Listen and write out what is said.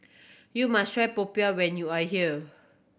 you must try Popiah when you are here